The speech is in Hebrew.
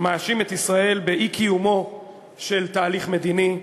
מאשים את ישראל באי-קיומו של תהליך מדיני.